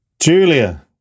Julia